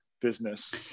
business